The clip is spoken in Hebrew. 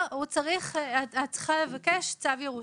לא, את צריכה לבקש צו ירושה.